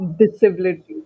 disability